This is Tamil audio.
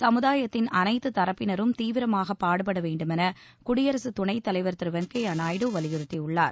சமுதாயத்தின் அனைத்து தரப்பினரும் தீவிரமாக பாடுபட வேண்டுமென குடியரசு துணைத் தலைவர் திரு வெங்கப்ய நாயுடு வலியுறுத்தியுள்ளார்